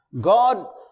God